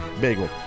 bagel